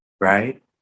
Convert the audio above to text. right